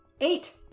Eight